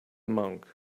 monk